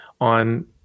on